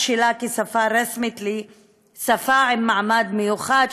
שלה כשפה רשמית לשפה עם מעמד מיוחד,